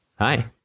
Hi